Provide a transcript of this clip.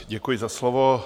Děkuji za slovo.